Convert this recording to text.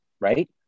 right